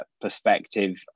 perspective